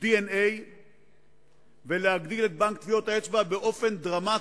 DNA ולהגדיל את בנק טביעות האצבע באופן דרמטי.